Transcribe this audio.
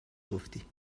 گفتی